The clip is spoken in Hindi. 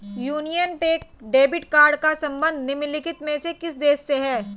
यूनियन पे डेबिट कार्ड का संबंध निम्नलिखित में से किस देश से है?